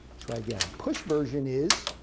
try again. push version is